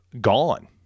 gone